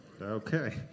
Okay